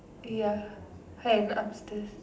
ya and upstairs